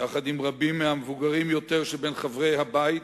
יחד עם רבים מהמבוגרים יותר שבין חברי הבית